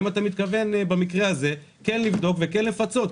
האם אתה מתכוון במקרה הזה כן לבדוק וכן לפצות?